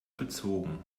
bezogen